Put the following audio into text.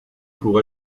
pour